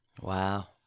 Wow